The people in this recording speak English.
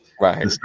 Right